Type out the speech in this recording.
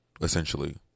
essentially